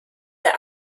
der